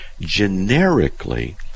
generically